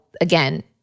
again